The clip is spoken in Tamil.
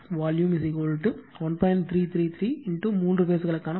333 மூன்று பேஸ்ங்களுக்கான பொருள்